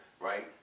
Right